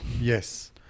Yes